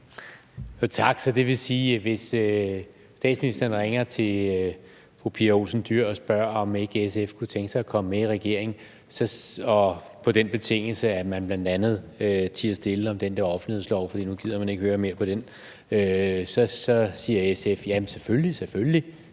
Tak. Så det vil sige, at hvis statsministeren ringer til fru Pia Olsen Dyhr og spørger, om ikke SF kunne tænke sig at komme med i regering på den betingelse, at man bl.a. tier stille om den der offentlighedslov, for nu gider man ikke høre mere om den, så siger SF: Selvfølgelig, selvfølgelig,